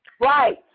Right